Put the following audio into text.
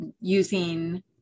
using